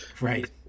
Right